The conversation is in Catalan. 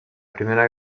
primera